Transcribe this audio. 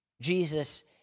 Jesus